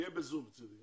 שיהיה בזום מצדי,